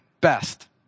best